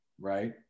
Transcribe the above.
right